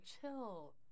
Chill